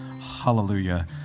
Hallelujah